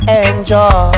enjoy